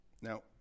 Now